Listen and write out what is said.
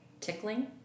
tickling